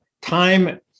time